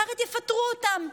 אחרת יפטרו אותן.